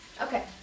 Okay